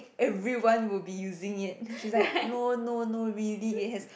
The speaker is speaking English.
everyone will be using it she like no no no really it has